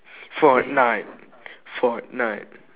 fortnite fortnite